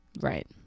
Right